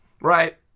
right